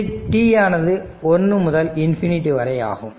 இது t ஆனது 1 முதல் ∞ வரை ஆகும்